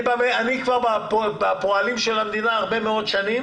אני כבר בפועלים של המדינה הרבה מאוד שנים